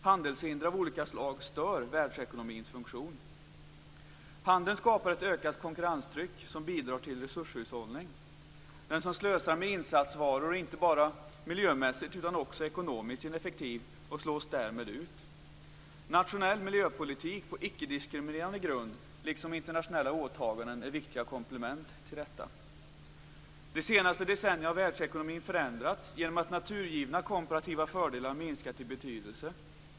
Handelshinder av olika slag stör världsekonomins funktion. Handeln skapar ett ökat konkurrenstryck som bidrar till resurshushållning. Den som slösar med insatsvaror är inte bara miljömässigt utan också ekonomiskt ineffektiv och slås därmed ut. Nationell miljöpolitik på icke-diskriminerande grund liksom internationella åtaganden är viktiga komplement till detta. De senaste decennierna har världsekonomin förändrats genom att naturgivna komparativa fördelar har minskat i betydelse.